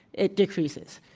it decreases,